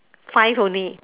five only